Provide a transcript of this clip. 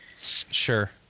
Sure